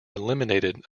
eliminated